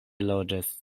logas